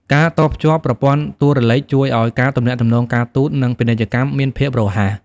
ការតភ្ជាប់ប្រព័ន្ធទូរលេខជួយឱ្យការទំនាក់ទំនងការទូត និងពាណិជ្ជកម្មមានភាពរហ័ស។